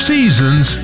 Seasons